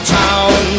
town